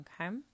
okay